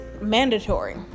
mandatory